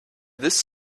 this